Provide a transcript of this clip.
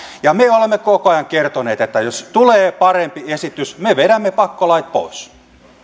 ja me me olemme koko ajan kertoneet että jos tulee parempi esitys me vedämme pakkolait pois